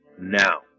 now